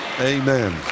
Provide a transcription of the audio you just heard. Amen